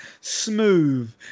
smooth